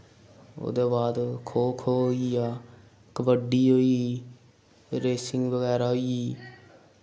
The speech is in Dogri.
ओह्दे बाद खो खो होई गेआ कबड्डी होई रेसिंग बगैरा होई गेई